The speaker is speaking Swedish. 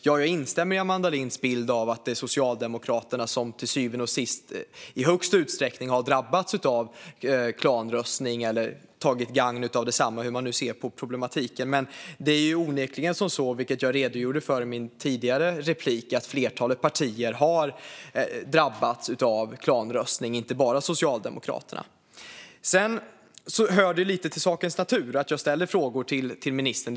Jag instämmer i Amanda Linds bild av att det är Socialdemokraterna som till syvende och sist i störst utsträckning har drabbats av klanröstning eller gagnats av densamma, hur man nu ser på problematiken. Det är onekligen så, vilket jag redogjorde för i mitt tidigare inlägg, att flertalet partier har drabbats av klanröstning och inte bara Socialdemokraterna. Det hör lite till sakens natur att jag ställer frågor till ministern.